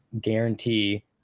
guarantee